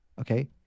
Okay